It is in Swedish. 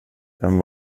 den